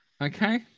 Okay